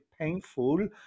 painful